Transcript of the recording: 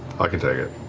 i can take it.